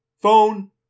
Phone